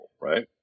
right